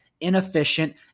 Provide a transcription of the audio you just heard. inefficient